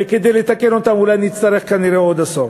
וכדי לתקן אותן אולי נצטרך כנראה עוד אסון.